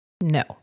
No